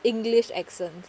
english accent